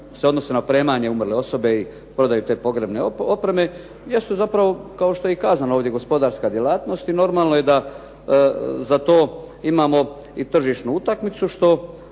odnose na opremanje umrle osobe i prodaju te pogrebne opreme jer su zapravo, kao što je i kazano ovdje, gospodarska djelatnost i normalno je da za to imamo i tržišnu utakmicu što